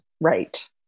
Right